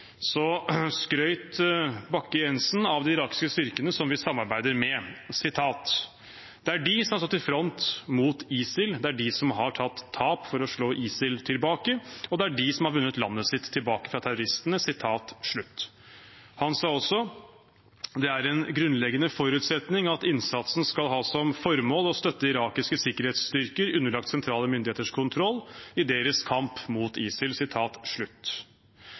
av de irakiske styrkene som vi samarbeider med: «Det er de som har stått i front mot ISIL, det er de som har tatt tap for å slå ISIL tilbake, og det er de som har vunnet landet sitt tilbake fra terroristene.» Han sa også: «Det er en grunnleggende forutsetning at innsatsen skal ha som formål å støtte irakiske sikkerhetsstyrker underlagt sentrale myndigheters kontroll i deres kamp mot ISIL.»